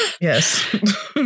Yes